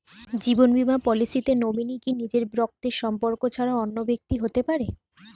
জীবন বীমা পলিসিতে নমিনি কি নিজের রক্তের সম্পর্ক ছাড়া অন্য ব্যক্তি হতে পারে?